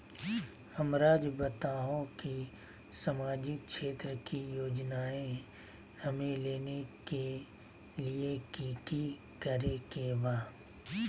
हमराज़ बताओ कि सामाजिक क्षेत्र की योजनाएं हमें लेने के लिए कि कि करे के बा?